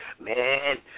man